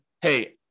hey